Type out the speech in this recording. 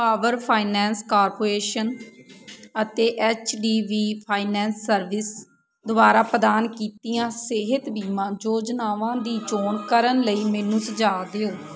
power Finance Corporation ਅਤੇ H D B finance service ਦੁਆਰਾ ਪ੍ਰਦਾਨ ਕੀਤੀਆਂ ਸਿਹਤ ਬੀਮਾ ਯੋਜਨਾਵਾਂ ਦੀ ਚੋਣ ਕਰਨ ਲਈ ਮੈਨੂੰ ਸੁਝਾਅ ਦਿਓ